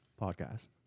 Podcast